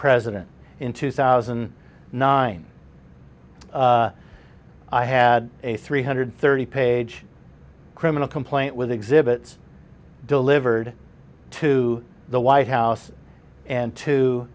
president in two thousand and nine i had a three hundred thirty page criminal complaint with exhibits delivered to the white house and to